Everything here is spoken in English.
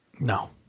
No